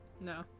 No